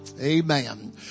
Amen